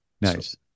Nice